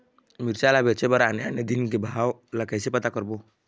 मिरचा ला बेचे बर आने आने दिन के भाव ला कइसे पता करबो?